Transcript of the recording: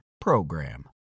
PROGRAM